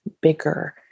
bigger